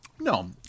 No